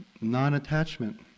Non-attachment